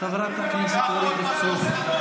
תיקח לך עוד מטוס לחו"ל.